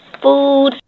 food